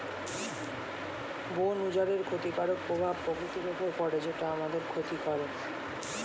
বন উজাড়ের ক্ষতিকারক প্রভাব প্রকৃতির উপর পড়ে যেটা আমাদের ক্ষতি করে